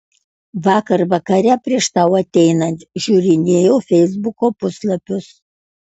vakar vakare prieš tau ateinant žiūrinėjau feisbuko puslapius